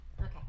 Okay